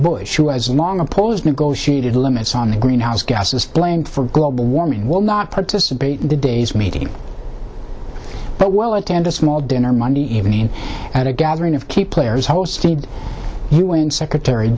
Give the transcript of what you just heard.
who has long opposed negotiated limits on the greenhouse gases blamed for global warming will not participate in the days meeting but well attend a small dinner monday evening at a gathering of key players hosted un secretary